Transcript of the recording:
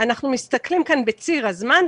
אנחנו מסתכלים כאן בציר הזמן,